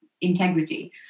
integrity